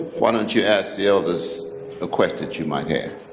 why don't you ask the elders the questions you might have?